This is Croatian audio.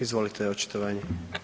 Izvolite očitovanje.